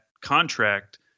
contract